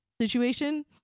situation